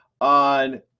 on